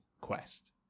quest